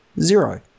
zero